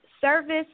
service